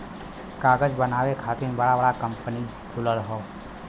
कागज बनावे खातिर बड़ा बड़ा कंपनी खुलल हौ